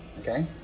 Okay